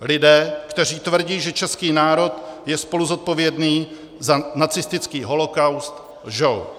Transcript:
Lidé, kteří tvrdí, že český národ je spoluzodpovědný za nacistický holocaust, lžou.